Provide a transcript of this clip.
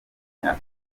myaka